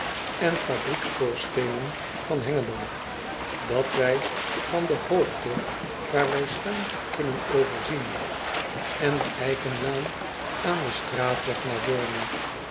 en potlood eel nen van engelo dat wij van de hoogte waar wij staan kunnen overzien en de eikenlaan aan den straatweg naar orne